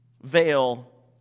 veil